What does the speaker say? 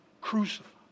crucified